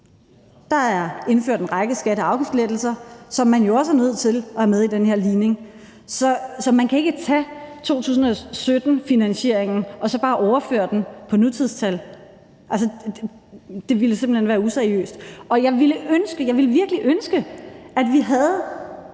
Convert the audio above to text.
der er indført en række skatte- og afgiftslettelser, som man jo også er nødt til at have med i den her ligning. Så man kan ikke tage 2017-finansieringen og bare overføre den på nutidstal. Altså, det ville simpelt hen være useriøst, og jeg ville virkelig ønske, at vi havde